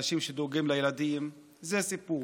אנשים שדואגים לילדים, זה סיפור.